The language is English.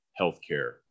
healthcare